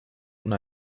una